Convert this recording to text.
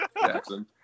Jackson